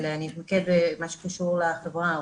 אבל אני אתמקד במה שקשור לחברה הערבית.